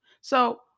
So-